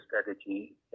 strategy